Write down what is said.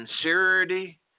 sincerity